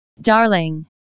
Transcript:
Darling